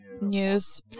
news